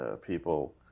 people